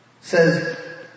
says